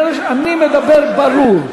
אני מדבר ברור: